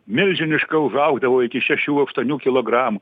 milžiniška užaugdavo iki šešių aštuonių kilogramų